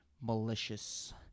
malicious